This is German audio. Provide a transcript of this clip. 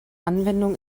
anwendung